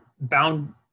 bound